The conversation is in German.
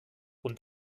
und